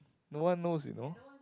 no one knows you know